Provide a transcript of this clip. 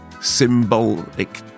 symbolic